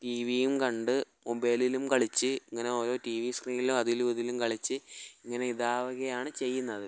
T വിയും കണ്ട് മൊബൈലിലും കളിച്ച് ഇങ്ങനെ ഓരോ ടി വി സ്ക്രീനില് അതിലും ഇതിലുമിതിലും കളിച്ച് ഇങ്ങനെ ഇതാവുകയാണ് ചെയ്യുന്നത്